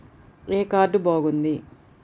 ఏ card బాగుంది?